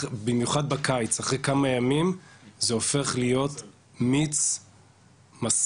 במיוחד בקיץ אחרי כמה ימים זה הופך להיות מיץ מסריח,